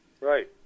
Right